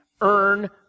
earn